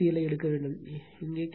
L எடுக்க வேண்டும் இங்கே கே